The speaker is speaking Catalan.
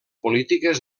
polítiques